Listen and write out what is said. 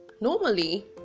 normally